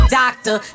doctor